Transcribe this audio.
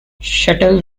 shuttle